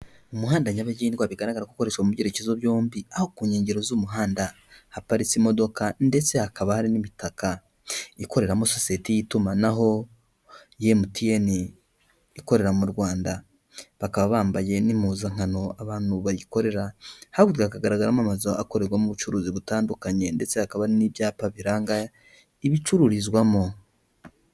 Mumuhanda nyabagendwa bigaragara kokorerishwa mu byerekezo byombi aho ku nkengero z'umuhanda haparitse imodoka ndetse hakaba hari n'imitaka ikoreramo sosiyete y'itumanaho yimutiyeni ikorera mu rwanda bakaba bambaye n'impuzankano abantu bayikorera hakurya hagaragaramo amazu akorerwamo ubucuruzi butandukanye ndetse hakaba n'ibyapa biranga ibicururizwamo.